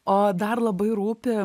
o dar labai rūpi